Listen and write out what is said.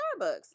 Starbucks